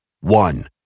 One